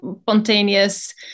spontaneous